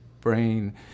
brain